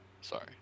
Sorry